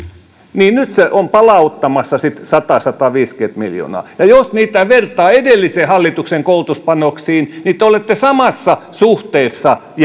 niin nyt se on palauttamassa siitä sata viiva sataviisikymmentä miljoonaa ja jos niitä vertaa edellisen hallituksen koulutuspanoksiin niin te olette samassa suhteessa